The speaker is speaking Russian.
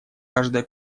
каждая